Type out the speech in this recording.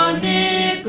um b